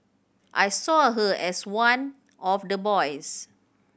I saw her as one of the boys